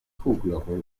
kuhglocken